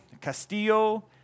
Castillo